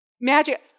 Magic